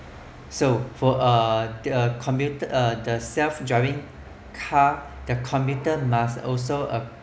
so for uh a commuter a the self driving car the commuter must also uh